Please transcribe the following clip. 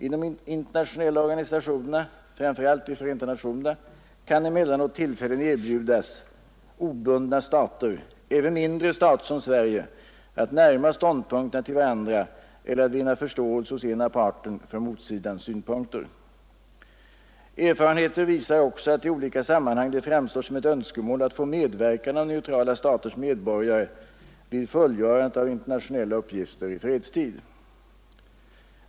I de internationella organisationerna, framför allt i Förenta Nationerna, kan emellanåt tillfällen erbjudas obundna stater, även mindre stater som Sverige, att närma ståndpunkterna till varandra eller att vinna förståelse hos ena parten för motsidans synpunkter. Erfarenheten visar också att i olika sammanhang det framstår som ett önskemål att få medverkan av neutrala staters medborgare vid fullgörande av internationella uppgifter i fredstid.